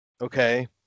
okay